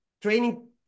training